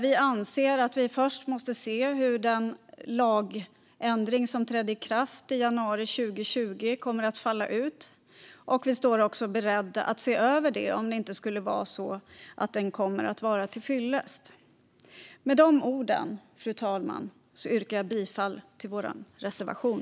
Vi anser att vi först måste se hur den lagändring som trädde i kraft i januari 2020 kommer att falla ut. Vi står också beredda att se över detta om den inte skulle vara till fyllest. Med de orden, fru talman, yrkar jag bifall till vår reservation.